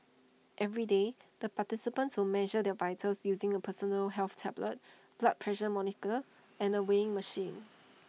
every day the participants will measure their vitals using A personal health tablet blood pressure monitor and A weighing machine